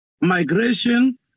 migration